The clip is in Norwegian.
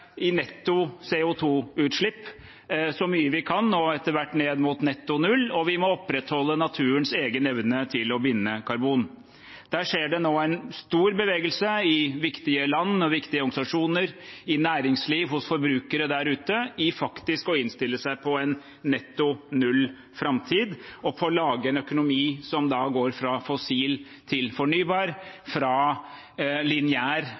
så mye vi kan, etter hvert ned mot netto null, og vi må opprettholde naturens egen evne til å binde karbon. Der skjer det nå en stor bevegelse i viktige land og viktige organisasjoner, i næringsliv og hos forbrukere der ute mot faktisk å innstille seg på en netto null framtid, og på å lage en økonomi som går fra fossil til fornybar,